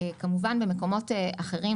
כמובן במקומות אחרים,